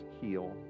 heal